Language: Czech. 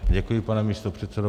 Děkuji, pane místopředsedo.